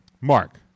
Mark